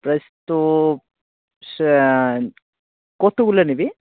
পেঁয়াজ তো সে কতগুলো নেবে